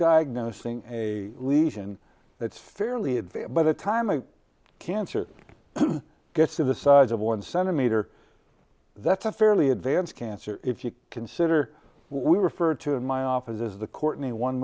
diagnosing a lesion that's fairly advanced by the time the cancer gets to the size of one centimeter that's a fairly advanced cancer if you consider what we refer to in my office as the courtney one